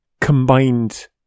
combined